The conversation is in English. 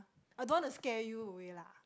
I don't want to scare you away lah